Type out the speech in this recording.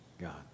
God